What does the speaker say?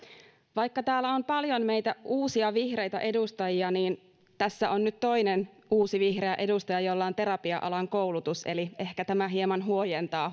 vaikka täällä on paljon meitä uusia vihreitä edustajia niin tässä on nyt toinen uusi vihreä edustaja jolla on terapia alan koulutus eli ehkä tämä hieman huojentaa